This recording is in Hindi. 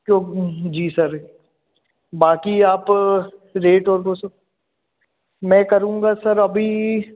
तो जी सर बाकी आप रेट वोट सब मैं करूँगा सर अभी